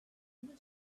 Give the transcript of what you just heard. even